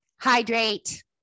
Hydrate